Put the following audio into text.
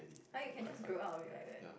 [huh] you can just grow out of it like that